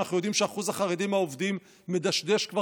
כשאנחנו יודעים שאחוז החרדים העובדים מדשדש כבר